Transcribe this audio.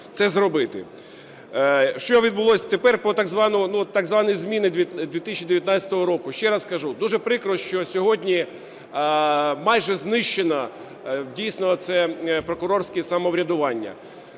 це зробити. Що відбулося тепер по так званим змінам 2019 року. Ще раз кажу, дуже прикро, що сьогодні майже знищено дійсно це прокурорське самоврядування,